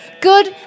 good